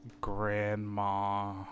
grandma